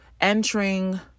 entering